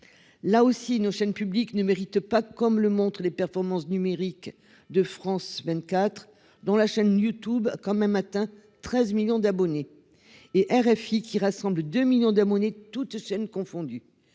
Là aussi nos chaînes publiques ne mérite pas, comme le montrent les performances numérique de France 24 dont la chaîne YouTube quand même atteint 13 millions d'abonnés et RFI, qui rassemble 2 millions de monnaie toutes chaînes confondues.